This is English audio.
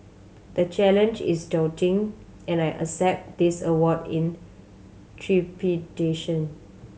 the challenge is daunting and I accept this award in trepidation